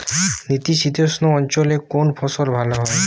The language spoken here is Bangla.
নাতিশীতোষ্ণ অঞ্চলে কোন ফসল ভালো হয়?